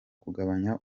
kugabanya